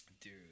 Dude